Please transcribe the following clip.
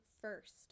first